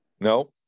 no